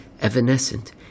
evanescent